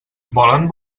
volen